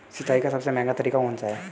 सिंचाई का सबसे महंगा तरीका कौन सा है?